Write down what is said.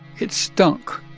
it stunk.